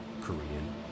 Korean